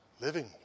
living